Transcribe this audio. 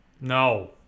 no